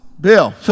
Bill